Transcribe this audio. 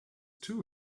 two